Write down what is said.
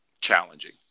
Challenging